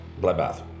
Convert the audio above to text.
bloodbath